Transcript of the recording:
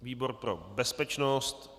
Výbor pro bezpečnost.